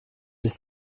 ist